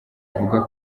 avuga